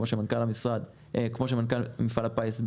כמו שאמר מנכ"ל מפעל הפיס.